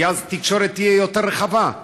כי אז התקשורת תהיה יותר רחבה.